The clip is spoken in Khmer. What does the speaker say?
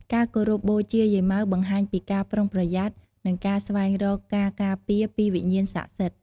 ការគោរពបូជាយាយម៉ៅបង្ហាញពីការប្រុងប្រយ័ត្ន និងការស្វែងរកការការពារពីវិញ្ញាណស័ក្តិសិទ្ធិ។